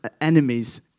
enemies